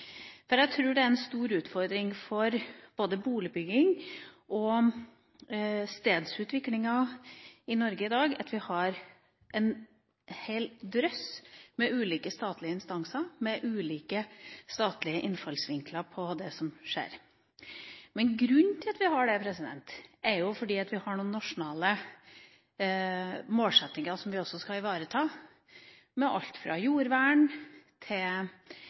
for både boligbygginga og stedsutviklinga i Norge i dag at vi har en hel drøss med ulike statlige instanser, med ulike statlige innfallsvinkler til det som skjer. Grunnen til at vi har det, er at vi har noen nasjonale målsettinger som vi også skal ivareta – alt fra jordvern til